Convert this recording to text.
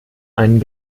einen